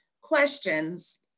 questions